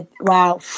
Wow